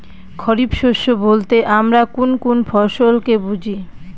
খরিফ শস্য বলতে আমরা কোন কোন ফসল কে বুঝি?